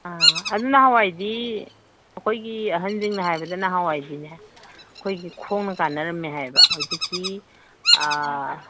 ꯑꯥ ꯑꯗꯨ ꯅꯍꯥꯟꯋꯥꯏꯗꯤ ꯑꯩꯈꯣꯏꯒꯤ ꯑꯍꯜꯁꯤꯡꯅ ꯍꯥꯏꯕꯗ ꯅꯍꯥꯟꯋꯥꯏꯗꯤꯅꯦ ꯑꯩꯈꯣꯏꯒꯤ ꯈꯣꯡꯅ ꯀꯥꯅꯔꯝꯃꯤ ꯍꯥꯏꯌꯦꯕ ꯍꯧꯖꯤꯛꯀꯤ